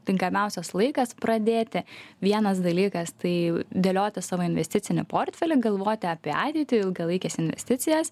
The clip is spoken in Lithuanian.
tinkamiausias laikas pradėti vienas dalykas tai dėlioti savo investicinį portfelį galvoti apie ateitį ilgalaikes investicijas